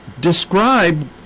Describe